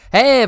Hey